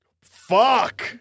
Fuck